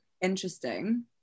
interesting